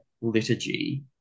liturgy